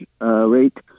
rate